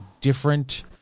different